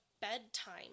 bedtime